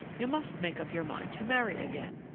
you must make up your mind to marry again.